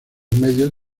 medios